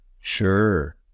Sure